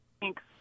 Thanks